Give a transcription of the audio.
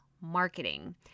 marketing